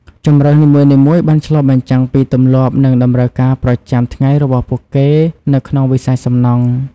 ជម្រើសនីមួយៗបានឆ្លុះបញ្ចាំងពីទម្លាប់និងតម្រូវការប្រចាំថ្ងៃរបស់ពួកគេនៅក្នុងវិស័យសំណង់។